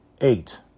eight